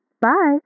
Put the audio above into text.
Bye